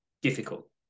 difficult